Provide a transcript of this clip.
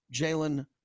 Jalen